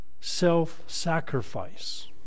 Self-sacrifice